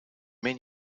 mean